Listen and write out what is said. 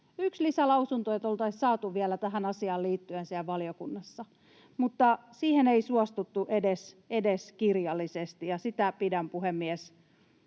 yksi lisälausunto, joka oltaisiin saatu vielä tähän asiaan liittyen siellä valiokunnassa — mutta siihen ei suostuttu edes kirjallisesti, ja sitä pidän, puhemies,